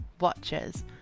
watches